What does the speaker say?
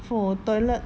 for toilet